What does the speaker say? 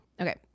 Okay